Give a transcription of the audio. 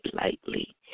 lightly